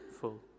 full